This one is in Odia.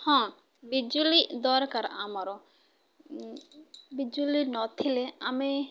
ହଁ ବିଜୁଳି ଦରକାର ଆମର ବିଜୁଳି ନଥିଲେ ଆମେ